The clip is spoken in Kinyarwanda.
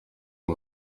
ngo